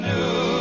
New